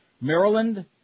Maryland